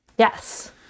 Yes